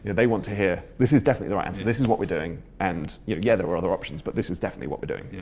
they want to hear, this is definitely the right answer, this is what we're doing and. yeah there were other options, but this is definitely what we're doing. yeah